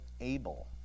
able